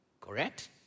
Correct